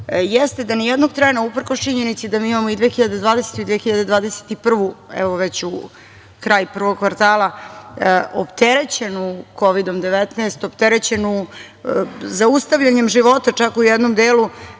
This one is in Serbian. jeste da ni jednog trena uprkos činjenici da mi imamo i 2020. i 2021. godinu, evo već kraj prvog kvartala, opterećenu Kovidom 19, opterećenu zaustavljanjem života čak u jednom delu